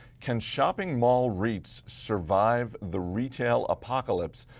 can shopping mall reits survive the retail apocalypse?